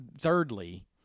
Thirdly